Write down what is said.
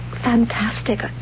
fantastic